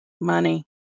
Money